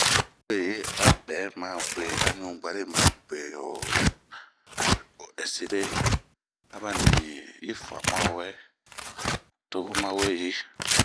Weyi a bɛɛ ma gue a ɲu buari ma bue hoo ,o ɛsire ,aba nii yi famua wɛ to bun ma weyi.